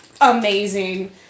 amazing